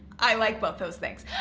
i like both those things.